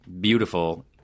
Beautiful